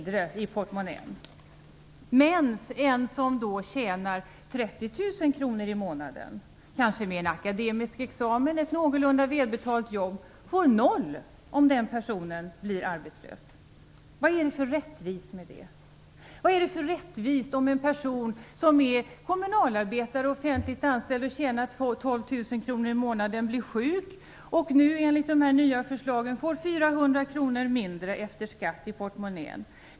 Däremot får en person - kanske med en akademisk examen och ett någorlunda välbetalt jobb - som tjänar 30 000 kr i månaden en sänkning med noll kronor om han eller hon blir arbetslös. Vad är det som är rättvist med det? En kommunalarbetare, offentligt anställd som tjänar 12 000 kr i månaden och som blir sjuk får 400 kr mindre efter skatt i portmonnän enligt de nya förslagen.